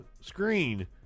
screen